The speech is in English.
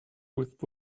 with